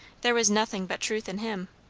there was nothing but truth in him.